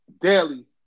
daily